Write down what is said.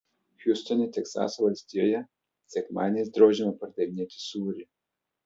hjustone teksaso valstijoje sekmadieniais draudžiama pardavinėti sūrį